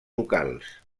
locals